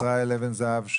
ישראל אבן זהב,